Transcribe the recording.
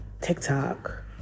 TikTok